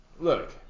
look